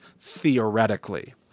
theoretically